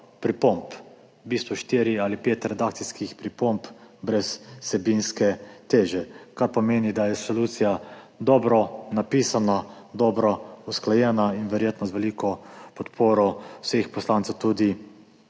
pripomb. V bistvu štiri ali pet redakcijskih pripomb brez vsebinske teže, kar pomeni, da je resolucija dobro napisana, dobro usklajena in verjetno z veliko podporo vseh poslancev tudi